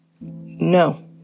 No